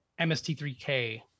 MST3K